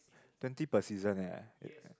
twenty per season eh